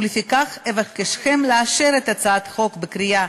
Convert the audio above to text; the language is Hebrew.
ולפיכך אבקשכם לאשר את הצעת החוק בקריאה